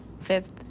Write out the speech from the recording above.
fifth